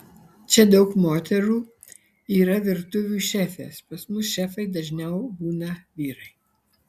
čia daug moterų yra virtuvių šefės pas mus šefai dažniau būna vyrai